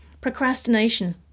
procrastination